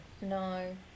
No